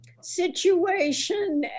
situation